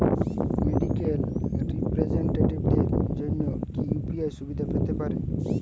Medical রিপ্রেজন্টেটিভদের জন্য কি ইউ.পি.আই সুবিধা পেতে পারে?